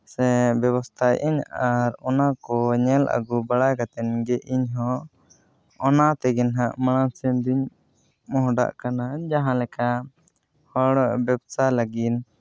ᱥᱮ ᱵᱮᱵᱚᱥᱛᱷᱟᱭᱮᱜ ᱟᱹᱧ ᱟᱨ ᱚᱱᱟ ᱠᱚ ᱧᱮᱞ ᱟᱹᱜᱩ ᱵᱟᱲᱟ ᱠᱟᱛᱮ ᱜᱮ ᱤᱧ ᱦᱚᱸ ᱚᱱᱟ ᱛᱮᱜᱮ ᱱᱟᱜ ᱢᱟᱲᱟᱝ ᱥᱮᱱ ᱫᱚᱧ ᱢᱚᱦᱰᱟᱜ ᱠᱟᱱᱟ ᱡᱟᱦᱟᱸ ᱞᱮᱠᱟ ᱦᱚᱲ ᱵᱮᱵᱽᱥᱟ ᱞᱟᱹᱜᱤᱫ